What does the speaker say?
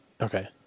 Okay